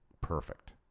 perfect